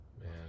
man